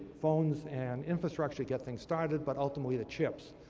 phones and infrastructure to get things started, but, ultimately, the chips.